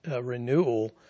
renewal